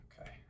Okay